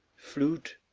flute,